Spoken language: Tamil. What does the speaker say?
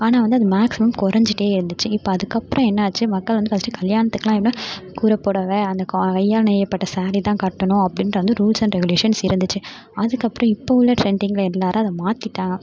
ஆனால் வந்து அது மேக்ஸிமம் குறைஞ்சிட்டே இருந்துச்சு இப்போ அதுக்கு அப்புறம் என்னாச்சு மக்கள் வந்து ஃபஸ்ட்டு கல்யாணத்துக்கெல்லாம் எப்படின்னா கூரைப் புடவ அந்த கா கையால் நெய்யப்பட்ட சாரீ தான் கட்டணும் அப்படின்ட்டு வந்து ரூல்ஸ் அண்ட் ரெகுலேஷன்ஸ் இருந்துச்சு அதுக்கப்புறம் இப்போ உள்ள ட்ரெண்டிங்கில் எல்லாேரும் அதை மாற்றிட்டாங்க